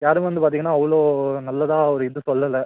யாருமே வந்து பார்த்தீங்கன்னா அவ்வளோ நல்லதாக ஒரு இது சொல்லல